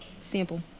sample